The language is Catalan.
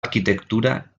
arquitectura